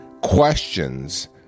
questions